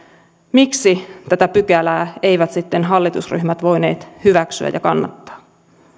miksi tätä pykälää eivät sitten hallitusryhmät voineet hyväksyä ja kannattaa